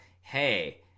hey